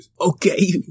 Okay